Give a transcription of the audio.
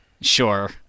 Sure